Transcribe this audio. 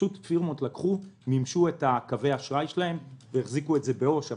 פשוט פירמות לקחו ומימשו את קווי האשראי שלהן והחזיקו את זה בעו"ש.